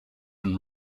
and